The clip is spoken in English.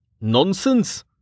Nonsense